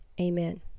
Amen